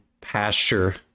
pasture